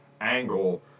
angle